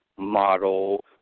model